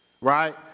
right